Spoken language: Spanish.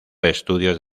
estudios